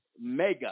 mega